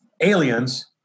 aliens